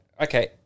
Okay